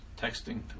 texting